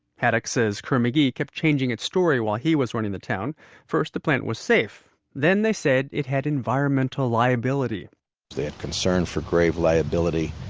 haddock says kerr-mcgee kept changing its story while he was running the town first the plant was safe, then they said it had environmental liability they had concern for grave liability.